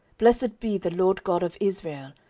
blessed be the lord god of israel,